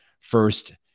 first